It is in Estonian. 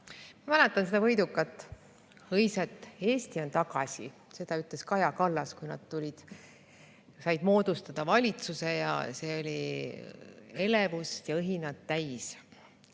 Ma mäletan seda võidukat hõiset "Eesti on tagasi!". Seda ütles Kaja Kallas, kui nad said moodustada valitsuse ja olid elevust ja õhinat täis.